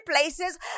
places